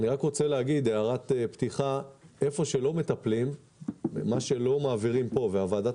כהערת פתיחה אגיד שאיפה שלא מטפלים ומה שלא מעבירים פה ועדת